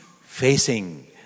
facing